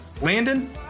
Landon